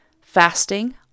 fasting